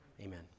Amen